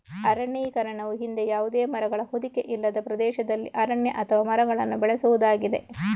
ಅರಣ್ಯೀಕರಣವು ಹಿಂದೆ ಯಾವುದೇ ಮರಗಳ ಹೊದಿಕೆ ಇಲ್ಲದ ಪ್ರದೇಶದಲ್ಲಿ ಅರಣ್ಯ ಅಥವಾ ಮರಗಳನ್ನು ಬೆಳೆಸುವುದಾಗಿದೆ